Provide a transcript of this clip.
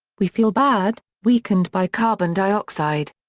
we feel bad, weakened by carbon dioxide.